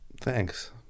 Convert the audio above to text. Thanks